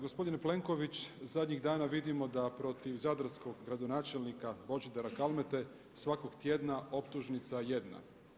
Gospodine Plenković, zadnjih dana vidimo da protiv zadarskog gradonačelnika Božidara Kalmete svakog tjedna optužnica jedna.